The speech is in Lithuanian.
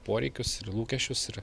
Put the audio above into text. poreikius ir lūkesčius ir